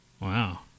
wow